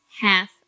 half